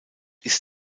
ist